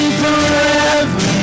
forever